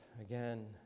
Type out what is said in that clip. again